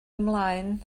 ymlaen